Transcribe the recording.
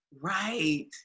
Right